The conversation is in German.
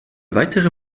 weitere